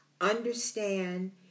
understand